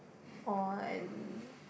or in